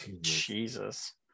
jesus